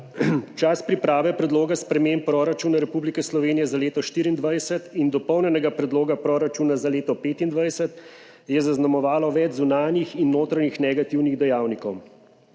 Čas priprave Predloga sprememb proračuna Republike Slovenije za leto 2024 in Dopolnjenega predloga proračuna za leto 2025 je zaznamovalo več zunanjih in notranjih negativnih dejavnikov.